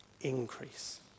increase